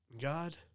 God